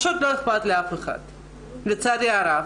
לצערי הרב.